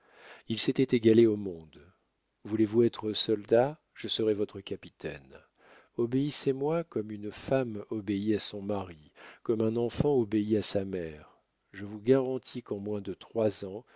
il s'était égalé au monde voulez-vous être soldat je serai votre capitaine obéissez-moi comme une femme obéit à son mari comme un enfant obéit à sa mère je vous garantis qu'en moins de trois ans